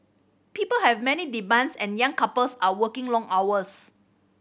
people have many demands and young couples are working long hours